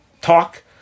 talk